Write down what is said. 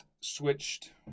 switched